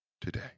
today